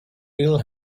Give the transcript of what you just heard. bill